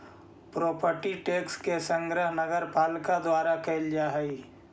property tax के संग्रह नगरपालिका द्वारा कैल जा हई